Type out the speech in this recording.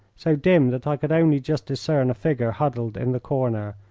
so dim that i could only just discern a figure huddled in the corner,